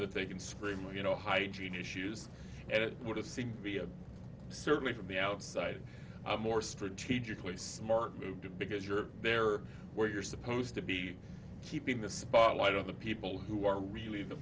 can scream with you know hygiene issues and it would have seemed to be a certainly from the outside a more strategically smart move because you're there where you're supposed to be keeping the spotlight on the people who are really the